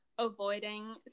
Avoiding